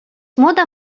młoda